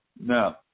No